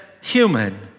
human